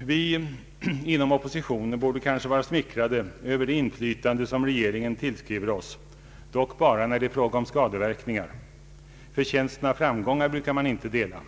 Vi inom oppositionen borde kanske vara smickrade över det inflytande som regeringen tillskriver oss — dock bara när det är fråga om skadeverkningar; förtjänsten av framgångar brukar man inte dela.